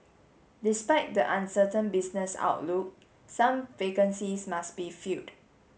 despite the uncertain business outlook some vacancies must be filled